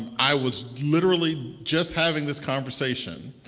i was literally just having this conversation,